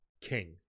king